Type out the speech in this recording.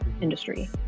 industry